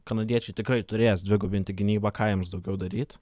kanadiečiai tikrai turės dvigubinti gynybą ką jiems daugiau daryt